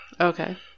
Okay